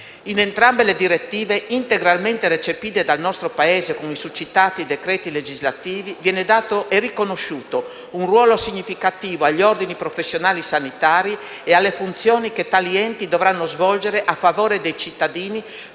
In entrambe le direttive, integralmente recepite dal nostro Paese con i succitati decreti legislativi, viene dato e riconosciuto un ruolo significativo agli ordini professionali sanitari e alle funzioni che tali enti dovranno svolgere a favore dei cittadini